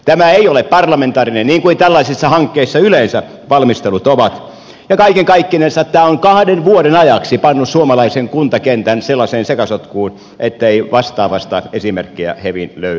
tämä ei ole parlamentaarinen niin kuin tällaisissa hankkeissa yleensä valmistelut ovat ja kaiken kaikkinensa tämä on kahden vuoden ajaksi pannut suomalaisen kuntakentän sellaiseen sekasotkuun ettei vastaavasta esimerkkejä hevin löydy